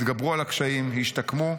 התגברו על הקשיים והשתקמו,